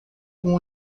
com